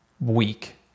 week